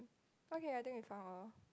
okay I think we found all